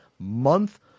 Month